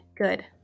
Good